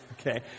Okay